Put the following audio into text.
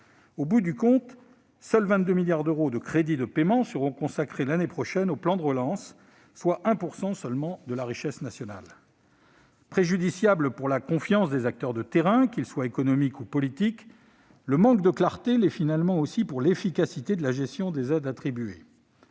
Au bout du compte, seuls 22 milliards d'euros de crédits de paiement seront consacrés l'année prochaine au plan de relance, soit 1 % seulement de la richesse nationale ... Préjudiciable pour la confiance des acteurs de terrain, qu'ils soient économiques ou politiques, le manque de clarté l'est finalement aussi pour l'efficacité de la gestion des aides attribuées.